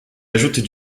ajoute